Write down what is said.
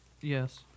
Yes